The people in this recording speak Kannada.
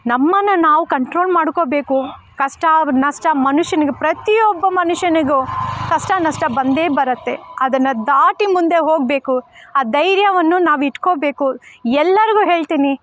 ನಮ್ಮನ್ನು ನಾವು ಕಂಟ್ರೋಲ್ ಮಾಡಿಕೋಬೇಕು ಕಷ್ಟ ನಷ್ಟ ಮನುಷ್ಯನಿಗೆ ಪ್ರತಿಯೊಬ್ಬ ಮನುಷ್ಯನಿಗೂ ಕಷ್ಟ ನಷ್ಟ ಬಂದೇ ಬರುತ್ತೆ ಅದನ್ನು ದಾಟಿ ಮುಂದೆ ಹೋಗಬೇಕು ಆ ಧೈರ್ಯವನ್ನು ನಾವಿಟ್ಕೋಬೇಕು ಎಲ್ಲರಿಗೂ ಹೇಳ್ತೀನಿ